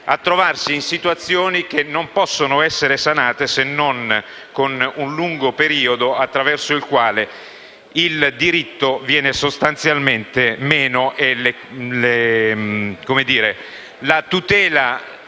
a trovarsi, con delle situazioni che non possono essere sanate se non con un lungo periodo in cui il diritto viene sostanzialmente meno e la tutela